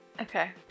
Okay